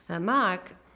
mark